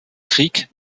krieg